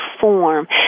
form